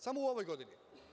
Samo u ovoj godini.